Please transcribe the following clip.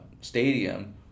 stadium